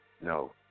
no